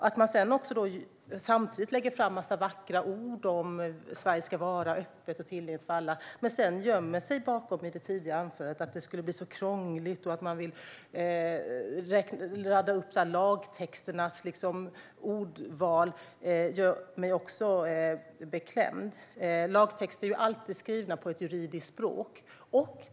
Att Centerpartiet lägger fram en massa vackra ord om att Sverige ska vara öppet och tillgängligt för alla och sedan i det tidigare anförandet gömmer sig bakom att det skulle bli så krångligt och radar upp lagtexternas ordval gör mig också beklämd. Lagtext är ju alltid skriven på juridiskt språk.